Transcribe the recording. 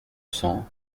cents